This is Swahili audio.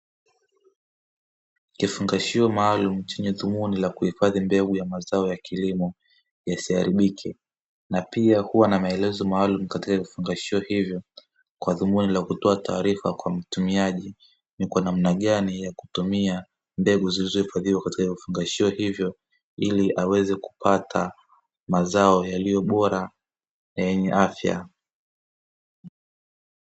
Kifungashio maalumu chenye dhumuni la kuhifadhi mbegu ya mazao ya kilimo yasiharibike, na pia huwa na maelezo maalumu katika vifungashio hivyo, kwa dhumuni la kutoa taarifa kwa mtumiaji ni kwa namna gani ya kutumia mbegu zilizohifadhiwa katika vifungashio hivyo, ili aweze kupata mazao yaliyo bora na yenye afya.